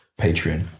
Patreon